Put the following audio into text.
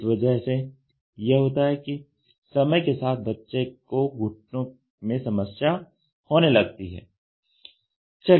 इस वजह से यह होता है कि समय के साथ बच्चे को घुटने में समस्या होने लगती है